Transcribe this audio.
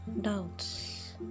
doubts